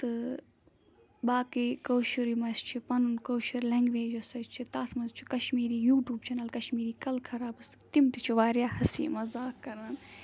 تہٕ باقٕے کٲشُر یِم اَسہِ چھِ پَنُن کٲشُر لینٛگویج یۄس اَسہِ چھِ تَتھ منٛز چھُ کَشمیٖری یوٗٹوٗب چَنَل کَشمیٖری قلہٕ خرابَس تہٕ تِم تہِ چھِ وارِیاہ ہسی مَزاق کَران